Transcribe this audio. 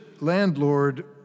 landlord